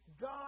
God